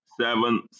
seven